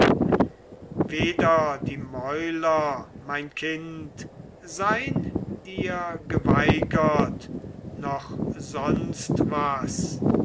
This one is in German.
weder die mäuler mein kind sei'n dir geweigert noch sonst